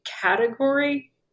category